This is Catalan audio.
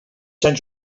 sant